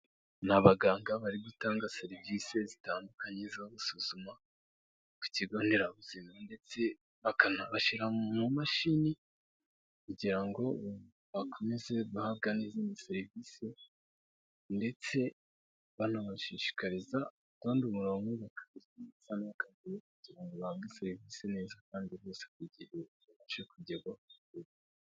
Ni abaganga bari gutanga serivisi zitandukanye zo gusuzuma ku kigo nderabuzima, ndetse bakanabashyira mu mashini kugira ngo bakomeze guhabwa n'izindi serivisi, ndetse banabashishikariza gutonda umurongo kugirango batange serivisi neza kandi bose ku gihe kugirango buri wese abashe kugerwaho.